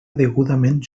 degudament